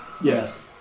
Yes